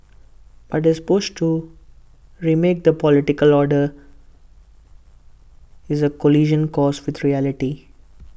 but his push to remake the political order is A collision course with reality